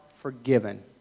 forgiven